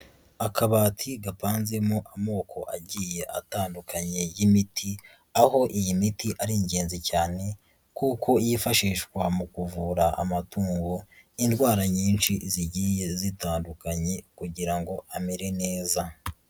Akabati gapanzemo amoko agiye atandukanye y'imiti, aho iyi miti ari ingenzi cyane kuko yifashishwa mu kuvura amatungo indwara nyinshi zigiye zitandukanye kugira ngo amere neza.